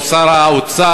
או שר האוצר,